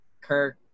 Kirk